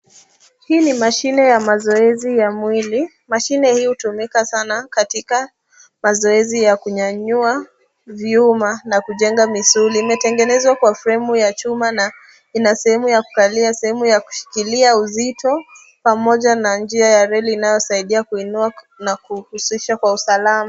Hii ni mashine ya mazoezi ya mwili. Mashine hii hutumika sana katika mazoezi ya kunyanyua vyuma na kujenga misuli. Imetengenezwa kwa fremu ya chuma na ina sehemu ya kukalia, sehemu ya kushikilia uzito, pamoja na njia ya reli inayosaidia kuinua na kuhusisha kwa usalama.